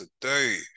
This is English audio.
today